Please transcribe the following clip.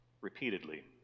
repeatedly